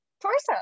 torso